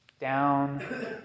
Down